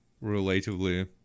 relatively